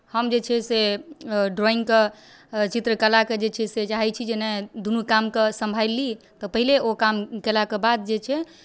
हम जे छै से ड्रॉइंगके चित्रकलाके जे छै से चाहै छी जे नहि दुनू कामकेँ सम्भालि ली तऽ पहिले ओ काम केलाके बाद जे छै